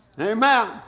Amen